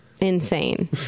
insane